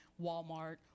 Walmart